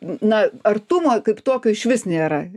na artumo kaip tokio išvis nėra